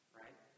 right